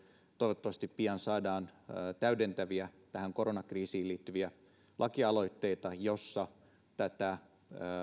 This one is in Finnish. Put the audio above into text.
toivottavasti pian saadaan täydentäviä tähän koronakriisiin liittyviä lakialoitteita joissa tätä